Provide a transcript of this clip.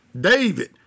David